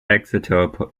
exeter